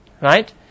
Right